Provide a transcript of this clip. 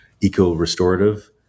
eco-restorative